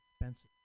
expensive